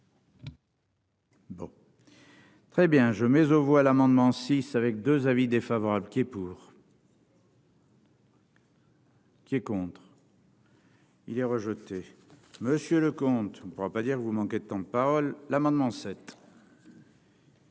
Très bien, je mais aux voix l'amendement 6 avec 2 avis défavorables qui est pour. Qui est contre. Il y a rejeté monsieur Leconte on ne pourra pas dire que vous manquez de temps de parole l'amendement 7.